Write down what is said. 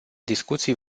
discuții